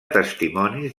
testimonis